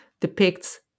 depicts